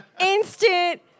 Instant